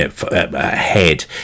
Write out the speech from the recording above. ahead